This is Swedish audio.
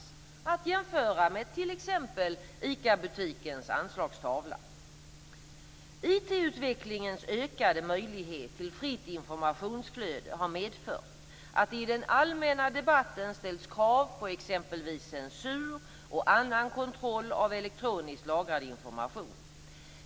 Databaserna är att jämföra med t.ex. ICA-butikens anslagstavla. IT-utvecklingens ökade möjlighet till fritt informationsflöde har medfört att det i den allmänna debatten ställts krav på exempelvis censur och annan kontroll av elektroniskt lagrad information.